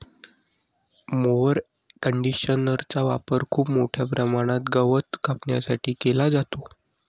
mower कंडिशनरचा वापर खूप मोठ्या प्रमाणात गवत कापण्यासाठी केला जातो